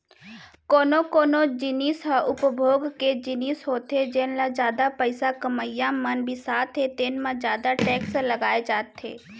कोनो कोनो जिनिस ह उपभोग के जिनिस होथे जेन ल जादा पइसा कमइया मन बिसाथे तेन म जादा टेक्स लगाए जाथे